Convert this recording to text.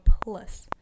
plus